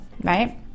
right